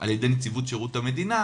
על ידי נציבות שירות המדינה,